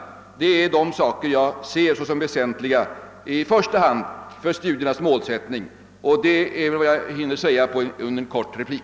Dessa punkter anser jag vara väsentligast när det gäller studiernas mål. Detta är vad jag hinner säga i en kort replik.